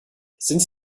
sind